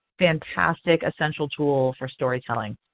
fantastic essential tool for storytelling.